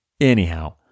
Anyhow